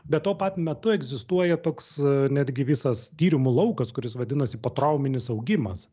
bet tuo pat metu egzistuoja toks netgi visas tyrimų laukas kuris vadinasi potrauminis augimas